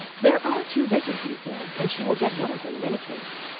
there are two vacancies there, and she will get one of them in any case.